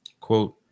Quote